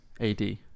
AD